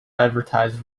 advertise